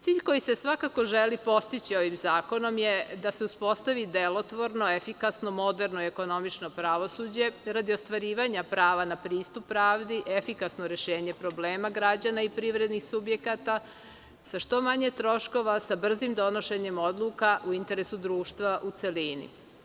Cilj koji se svakako želi postići ovim zakonom je da se uspostavi delotvorno, efikasno, moderno i ekonomično pravosuđe, radi ostvarivanja prava na pristup pravdi, efikasno rešenje problema građana i privrednih subjekata sa što manje troškova, sa brzim donošenjem odluka u interesu društva u celini.